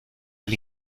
del